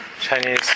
Chinese